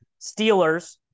Steelers